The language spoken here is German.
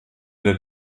der